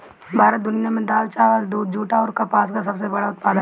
भारत दुनिया में दाल चावल दूध जूट आउर कपास का सबसे बड़ा उत्पादक ह